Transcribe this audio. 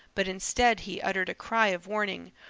but instead he uttered a cry of warning.